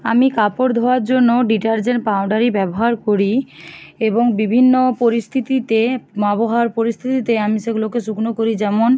আমি কাপড় ধোয়ার জন্য ডিটারজেন্ট পাউডারই ব্যবহার করি এবং বিভিন্ন পরিস্থিতিতে ব্যবহার পরিস্থিতিতে আমি সেগুলোকে শুকনো করি যেমন